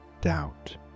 doubt